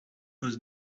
was